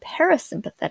parasympathetic